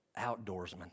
outdoorsman